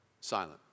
silent